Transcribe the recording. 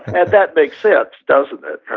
and that makes sense, doesn't it?